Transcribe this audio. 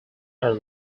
are